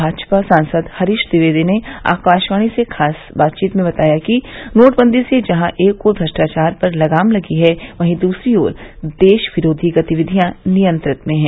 भाजपा सांसद हरीश ट्विवेदी ने आकाशवाणी से खास बातचीत में बताया कि नोटबंदी से जहां एक ओर भ्रष्टाचार पर लगाम लगी है वहीं दूसरी ओर देश विरोधी गतिविधियां नियंत्रित में हैं